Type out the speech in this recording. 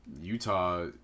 Utah